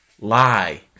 Lie